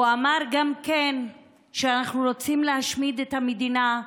הוא אמר גם שאנחנו רוצים להשמיד את המדינה,